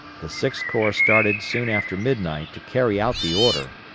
the sixth corps started soon after midnight to carry out the order.